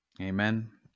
amen